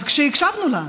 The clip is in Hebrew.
אז כשהקשבנו לה,